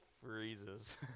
freezes